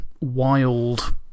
wild